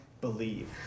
believe